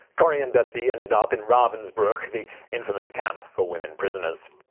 corrie and betsie ended up in ravensbruck, the infamous camp for women prisoners.